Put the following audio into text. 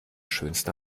schönste